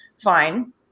fine